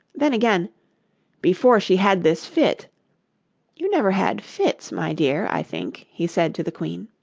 then again before she had this fit you never had fits, my dear, i think he said to the queen.